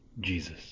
Jesus